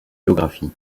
biographies